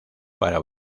para